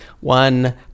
One